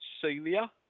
Celia